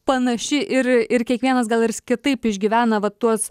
panaši ir ir kiekvienas gal ir kitaip išgyvena va tuos